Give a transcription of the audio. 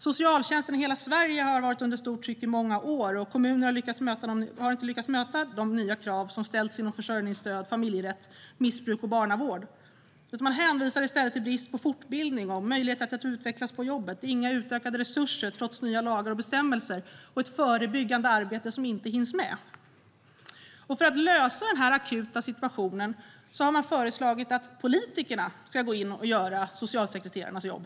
Socialtjänsten i hela Sverige har varit under stort tryck i många år, och kommunerna har inte lyckats möta de nya krav som ställs inom försörjningsstöd, familjerätt, missbruk och barnavård. Man hänvisar i stället till brist på fortbildning och möjligheter att utvecklas på jobbet, inga utökade resurser trots nya lagar och bestämmelser och ett förebyggande arbete som inte hinns med. För att lösa den akuta situationen har man föreslagit att politikerna ska gå in och göra socialsekreterarnas jobb.